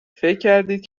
کردید